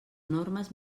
normes